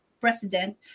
president